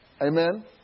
Amen